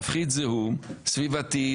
נפחית זיהום סביבתי,